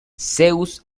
zeus